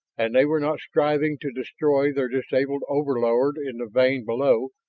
and they were not striving to destroy their disabled overlord in the vale below,